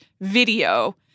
video